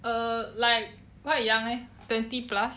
err like quite young eh twenty plus